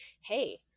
hey